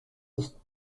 east